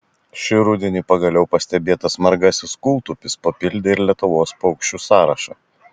šį rudenį pagaliau pastebėtas margasis kūltupis papildė ir lietuvos paukščių sąrašą